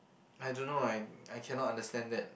I don't know I I cannot understand that